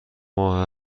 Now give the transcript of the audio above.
ماه